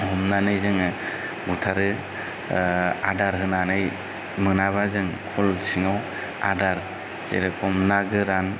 हमनानै जोङो बुथारो आदार होनानै मोनाबा जों खल सिङाव आदार जेरखम ना गोरान